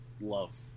love